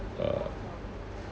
uh